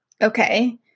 okay